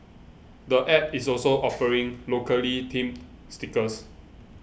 the app is also offering locally themed stickers